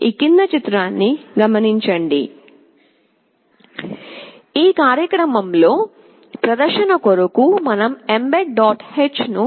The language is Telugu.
ఈ కార్యక్రమంలో ప్రదర్శన కొరకు మనం ఎంబెడ్ హెడర్ mbed